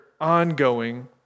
ongoing